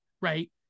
right